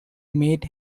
mate